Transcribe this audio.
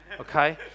okay